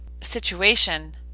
situation